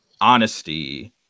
honesty